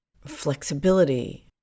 flexibility